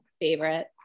favorite